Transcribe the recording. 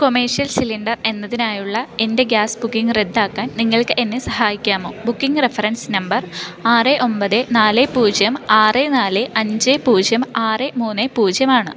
commercial cylinder എന്നതിനായുള്ള എൻ്റെ gas booking റദ്ദാക്കാൻ നിങ്ങൾക്ക് എന്നെ സഹായിക്കാമോ ബുക്കിംഗ് റഫറൻസ് നമ്പർ ആറ് ഒമ്പത് നാല് പൂജ്യം ആറ് നാല് അഞ്ച് പൂജ്യം ആറ് മൂന്ന് പൂജ്യം ആണ്